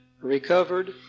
recovered